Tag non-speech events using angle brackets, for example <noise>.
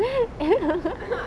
<laughs>